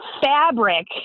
fabric